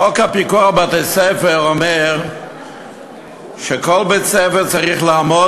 חוק הפיקוח על בתי-ספר אומר שכל בית-ספר צריך לעמוד